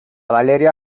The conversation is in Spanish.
valeria